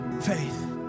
faith